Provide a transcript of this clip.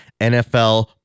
NFL